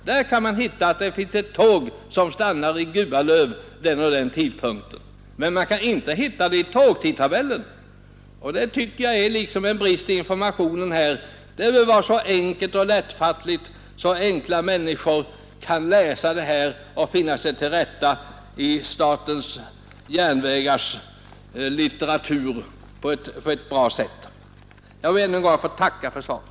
Där kan man se att det finns ett tåg som stannar i Gualöv vid den och den tidpunkten, men man kan inte hitta den uppgiften i tågtidtabellen — och det tycker jag är en brist i informationen. Tabellerna bör vara så klara och lättfattliga att enkla människor kan läsa dem och finna sig till rätta i statens järnvägars litteratur på ett bra sätt. Jag ber att än en gång få tacka för svaret.